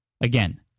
Again